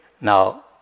now